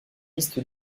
liste